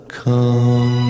come